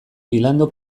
philando